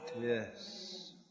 Yes